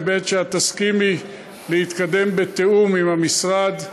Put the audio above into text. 2. שאת תסכימי להתקדם בתיאום עם המשרד,